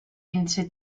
into